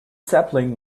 sapling